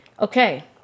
okay